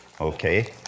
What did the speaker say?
okay